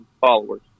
followers